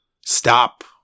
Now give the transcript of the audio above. stop